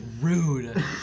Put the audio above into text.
rude